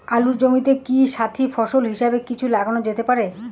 আলুর জমিতে কি সাথি ফসল হিসাবে কিছু লাগানো যেতে পারে?